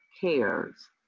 cares